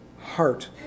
heart